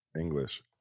English